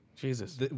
Jesus